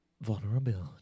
Vulnerability